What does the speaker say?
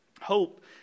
hope